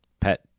pet